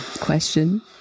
question